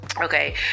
Okay